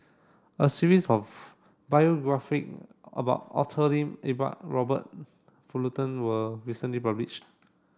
a series of biography about Arthur Lim Iqbal Robert Fullerton were recently published